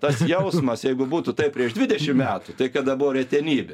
tas jausmas jeigu būtų taip prieš dvidešim metų tai kada buvo retenybė